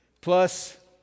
plus